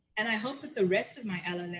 and i hope that the rest of my ah ll and